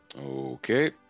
Okay